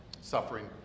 suffering